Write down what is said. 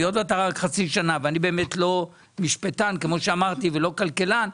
היות ואתה רק חצי שנה ואני באמת לא משפטן כמו שאמרתי ולא כלכלן,